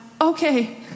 okay